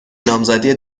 نامزدی